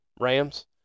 Rams